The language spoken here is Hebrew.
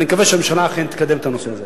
ואני מקווה שהממשלה אכן תקדם את הנושא הזה.